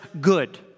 good